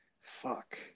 fuck